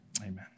Amen